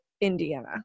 Indiana